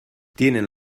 tienen